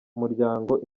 umuryango